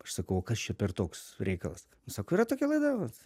aš sakau kas čia per toks reikalas sako yra tokia laida vat